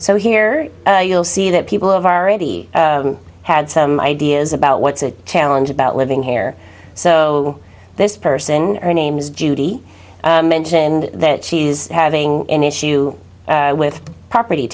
so here you'll see that people have already had some ideas about what's a challenge about living here so this person a name is judy mentioned that she is having an issue with property